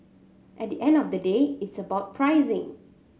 at the end of the day it's about pricing